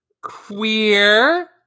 Queer